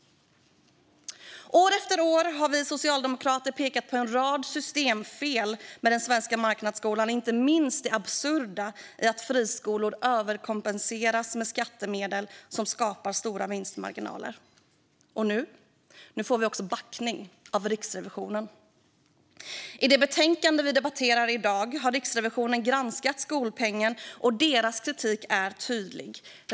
År efter år har vi socialdemokrater pekat på en rad systemfel med den svenska marknadsskolan, inte minst det absurda i att friskolor överkompenseras med skattemedel som skapar stora vinstmarginaler. Nu får vi också backning av Riksrevisionen. I det betänkande vi debatterar i dag behandlas Riksrevisionens granskning av skolpengen, och deras kritik är tydlig.